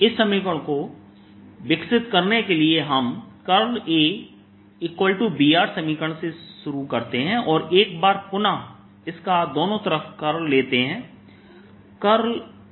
इस समीकरण को विकसित करने के लिए हम AB समीकरण से शुरू करते हैं और एक बार पुनः इसका दोनों तरफ कर्ल लेते हैं